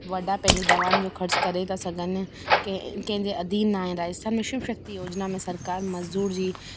वॾा पंहिंजी दवाउनि जो ख़र्चु करे था सघनि कंहिं कंहिंजे अधीन न आहे राजस्थान में शिवशक्ति योजिना में सरकारि मज़ूर जी